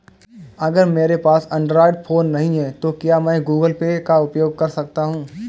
अगर मेरे पास एंड्रॉइड फोन नहीं है तो क्या मैं गूगल पे का उपयोग कर सकता हूं?